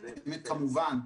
כמובן,